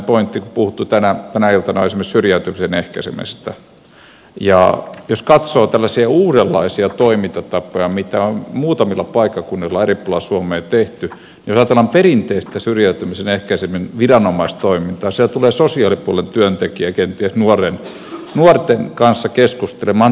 on puhuttu tänä iltana esimerkiksi syrjäytymisen ehkäisemisestä ja jos katsoo tällaisia uudenlaisia toimintatapoja mitä on muutamilla paikkakunnilla eri puolilla suomea tehty niin jos ajatellaan perinteistä syrjäytymisen ehkäisemisen viranomaistoimintaa siellä tulee sosiaalipuolen työntekijä kenties nuorten kanssa keskustelemaan tietyn ajan päästä